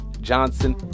Johnson